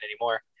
anymore